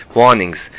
warnings